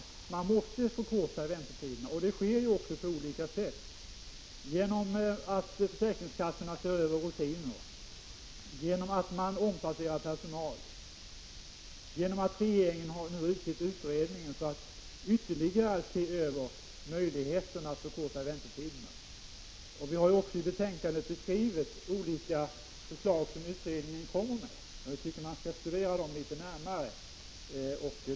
Väntetiderna måste förkortas, och det sker också på olika sätt. Försäkringskassorna ser över sina rutiner och omplacerar personal. Regeringen har tillsatt en utredning för att ytterligare undersöka möjligheterna att förkorta väntetiderna. Vi har i betänkandet även beskrivit olika förslag som utredningen har lagt fram. Vi tycker att man skall studera dem litet närmare.